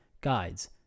guides